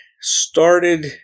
started